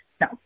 No